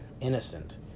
innocent